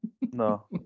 No